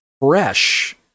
fresh